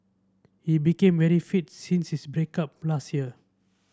he became very fit since his break up last year